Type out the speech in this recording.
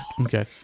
Okay